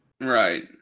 Right